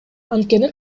анткени